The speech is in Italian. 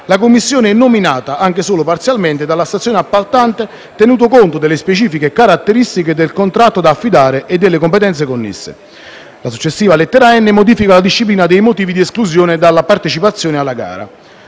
la commissione è nominata, anche solo parzialmente, dalla stazione appaltante, tenuto conto delle specifiche caratteristiche del contratto da affidare e delle competenze connesse. La successiva lettera *n)* modifica la disciplina dei motivi di esclusione dalla partecipazione alla gara.